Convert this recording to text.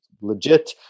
legit